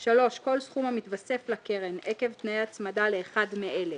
(3) כל סכום המתווסף לקרן עקב תנאי הצמדה לאחר מאלה: